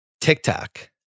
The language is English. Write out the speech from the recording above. TikTok